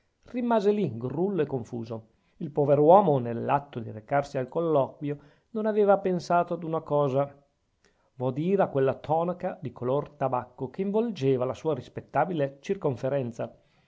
rimase lì grullo e confuso il pover'uomo nell'atto di recarsi al colloquio non aveva pensato ad una cosa vo dire a quella tonaca di color tabacco che involgeva la sua rispettabile circonferenza